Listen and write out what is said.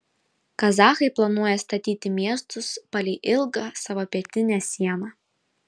kazachai planuoja statyti miestus palei ilgą savo pietinę sieną